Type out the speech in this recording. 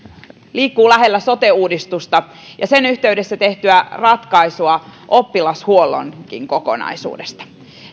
liikkuu lähellä sote uudistusta ja sen yhteydessä tehtyä ratkaisua oppilashuollonkin kokonaisuudesta